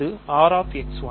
இது R